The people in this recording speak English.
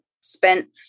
spent